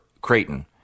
Creighton